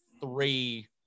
three